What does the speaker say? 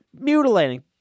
mutilating